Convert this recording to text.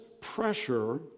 pressure